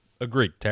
Agreed